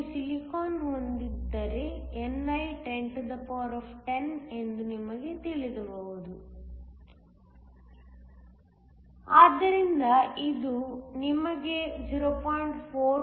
ನೀವು ಸಿಲಿಕಾನ್ ಹೊಂದಿದ್ದರೆni 1010 ಎಂದು ನಮಗೆ ತಿಳಿದಿದೆ ಆದ್ದರಿಂದ ಇದು ನಿಮಗೆ 0